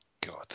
God